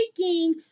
taking